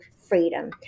freedom